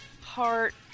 Heart